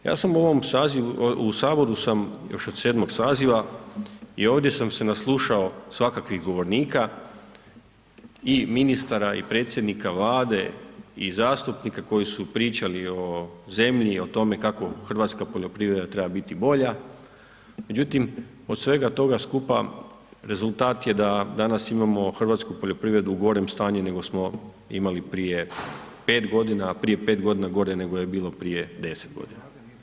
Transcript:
Ja sam u ovom sazivu, u saboru sam još od 7. saziva i ovdje sam se naslušao svakakvih govornika i ministara i predsjednika vlade i zastupnika koji su pričali o zemlji i o tome kako hrvatska poljoprivreda treba biti bolja, međutim od svega toga skupa rezultat je da danas imamo hrvatsku poljoprivredu u gorem stanju nego smo imali prije 5 godina, a prije 5 godina je gore nego je bilo prije 10 godina.